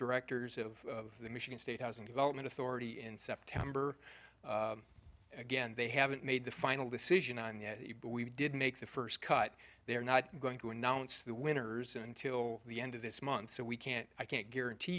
directors of the michigan state housing development authority in september and again they haven't made the final decision on that but we did make the first cut they're not going to announce the winners until the end of this month so we can't i can't guarantee